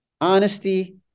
honesty